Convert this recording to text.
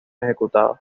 ejecutados